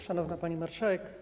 Szanowna Pani Marszałek!